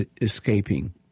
escaping